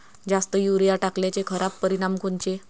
जास्त युरीया टाकल्याचे खराब परिनाम कोनचे?